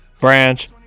Branch